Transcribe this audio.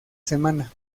semana